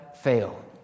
fail